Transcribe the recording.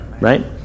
Right